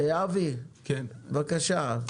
אבי, בבקשה.